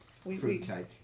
fruitcake